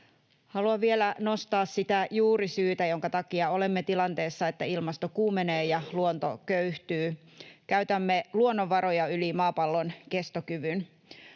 Haluan vielä nostaa sitä juurisyytä, jonka takia olemme tilanteessa, että ilmasto kuumenee ja luonto köyhtyy: käytämme luonnonvaroja yli maapallon kestokyvyn.